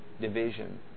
division